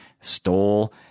stole